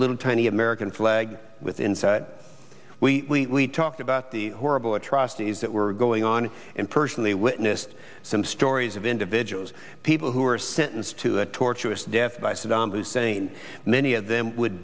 little tiny american flag with inside we talked about the horrible atrocities that were going on and personally witnessed some stories of individuals people who were sentenced to a torturous death by saddam hussein many of them would